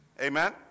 Amen